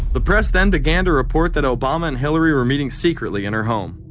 the press then began to report that obama and hilary were meeting secretly in her home.